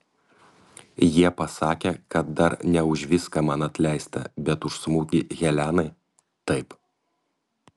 jie pasakė kad dar ne už viską man atleista bet už smūgį helenai taip